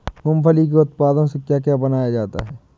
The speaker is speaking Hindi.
मूंगफली के उत्पादों से क्या क्या बनाया जाता है?